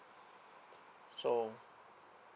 so